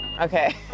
Okay